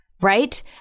Right